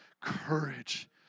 courage